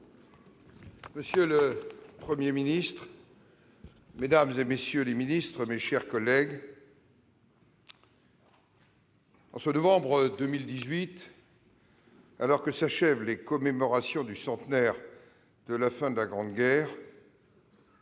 Monsieur le Premier ministre, mesdames, messieurs les ministres, mes chers collègues, en ce mois de novembre 2018, alors que s'achèvent les commémorations du centenaire de la fin de la Grande Guerre,